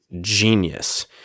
genius